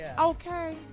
Okay